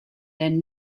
then